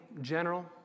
general